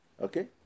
okay